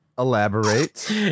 elaborate